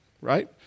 right